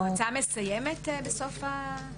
המועצה מסיימת בסוף ארבע השנים שלה?